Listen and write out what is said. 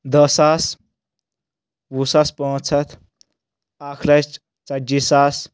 دہ ساس وُہ ساس پانٛژھ ہَتھ اکھ لچھ ژتجی ساس